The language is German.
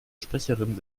sprecherin